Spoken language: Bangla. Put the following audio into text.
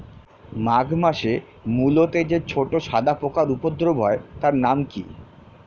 মাঘ মাসে মূলোতে যে ছোট সাদা পোকার উপদ্রব হয় তার নাম কি?